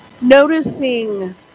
noticing